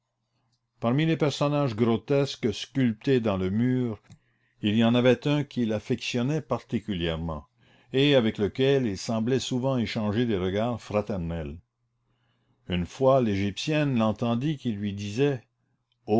parmi les personnages grotesques sculptés dans le mur il y en avait un qu'il affectionnait particulièrement et avec lequel il semblait souvent échanger des regards fraternels une fois l'égyptienne l'entendit qui lui disait